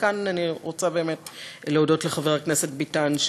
וכאן אני רוצה באמת להודות לחבר הכנסת ביטן,